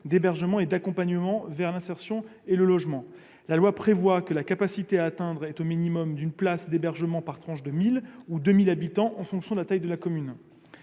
d'hébergement et d'accompagnement vers l'insertion et le logement. La loi prévoit que la capacité à atteindre est au minimum d'une place d'hébergement par tranche de 1 000 ou 2 000 habitants en fonction de la taille de la commune.